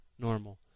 normal